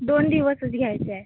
दोन दिवसच घ्यायचं आहे